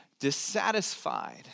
dissatisfied